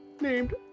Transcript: named